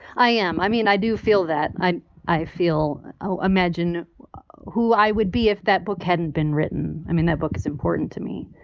i am. i mean, i do feel that. i i feel. oh, imagine who i would be if that book hadn't been written. i mean, that book is important to me.